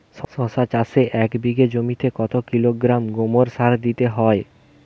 শশা চাষে এক বিঘে জমিতে কত কিলোগ্রাম গোমোর সার দিতে হয়?